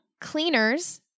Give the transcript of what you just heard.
cleaners